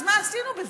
מה עשינו בזה?